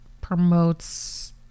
promotes